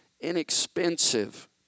inexpensive